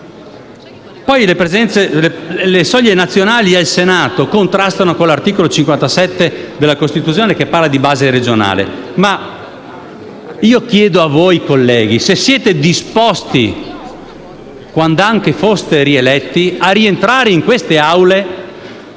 Le soglie nazionali al Senato contrastano con l'articolo 57 della Costituzione che fa riferimento alla base regionale. Chiedo a voi, colleghi, se siete disposti, quand'anche foste rieletti, a rientrare in queste Aule